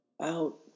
out